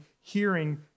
hearing